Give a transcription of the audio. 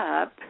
up